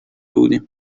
بودیم